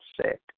sick